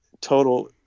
total